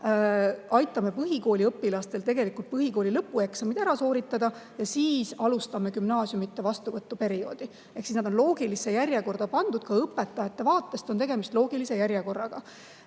aitame põhikooliõpilastel põhikooli lõpueksamid ära sooritada ja siis alustame gümnaasiumidesse vastuvõtu perioodi. See on loogilisse järjekorda pandud, ka õpetajate vaatest on tegemist loogilise järjekorraga.